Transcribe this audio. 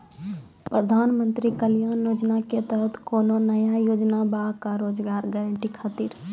प्रधानमंत्री कल्याण योजना के तहत कोनो नया योजना बा का रोजगार गारंटी खातिर?